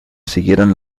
siguieron